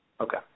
Okay